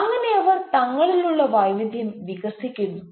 അങ്ങനെഅവർ തങ്ങളിലുള്ള വൈവിധ്യം വികസിക്കുന്നു